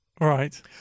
Right